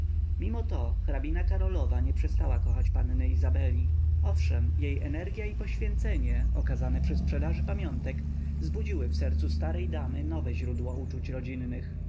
mimo to hrabina karolowa nie przestała kochać panny izabeli owszem jej energia i poświęcenie okazane przy sprzedaży pamiątek zbudziły w sercu starej damy nowe źródło uczuć rodzinnych